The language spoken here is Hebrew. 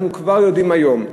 אנחנו כבר יודעים היום.